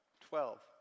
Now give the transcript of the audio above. twelve